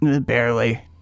Barely